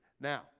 now